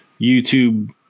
YouTube